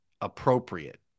appropriate